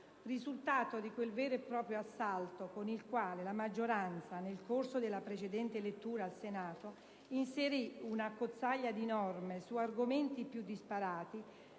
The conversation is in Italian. risultato di quel vero e proprio assalto con il quale la maggioranza, nel corso della precedente lettura al Senato, inserì un'accozzaglia di norme sugli argomenti più disparati